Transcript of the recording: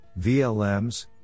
VLMs